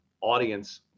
audience